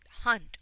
hunt